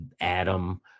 adam